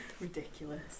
Ridiculous